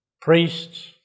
priests